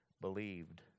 believed